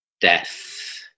death